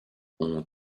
ont